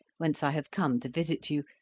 whence i have come to visit you,